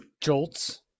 jolts